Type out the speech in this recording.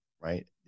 right